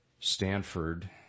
Stanford